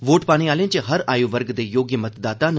vote पाने आह्लें च हर आयु वर्ग दे योग्य मतदाता न